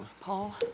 Paul